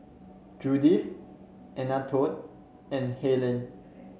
Judith Anatole and Helaine